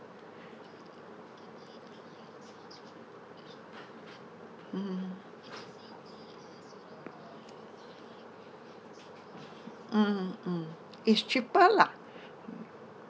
mm mm mm it's cheaper lah